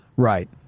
Right